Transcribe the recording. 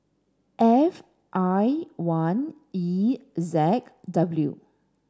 F I one E Z W